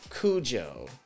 Cujo